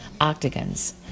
Octagons